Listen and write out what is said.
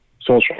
Social